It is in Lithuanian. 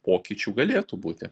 pokyčių galėtų būti